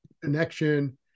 connection